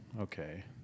okay